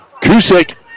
Kusick